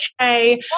okay